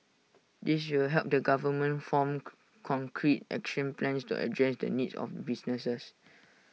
this will help the government form concrete action plans to address the needs of businesses